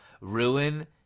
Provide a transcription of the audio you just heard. ruin